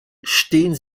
stehen